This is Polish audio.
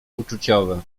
uczuciowe